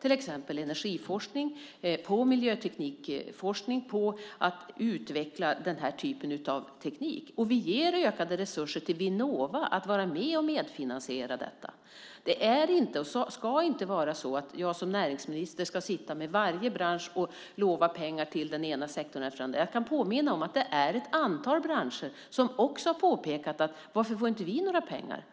till exempel på energiforskning, på miljöteknikforskning och på att utveckla den här typen av teknik. Vi ger ökade resurser till Vinnova att vara med och medfinansiera detta. Jag som näringsminister ska inte sitta med varje bransch och lova pengar till den ena sektorn efter den andra. Jag kan påminna om att det är ett antal branscher som också har frågat varför de inte får några pengar.